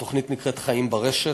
התוכנית נקראת "חיים ברשת".